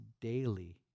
daily